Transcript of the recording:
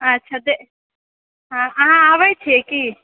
अच्छा अहाँ आबै छियै की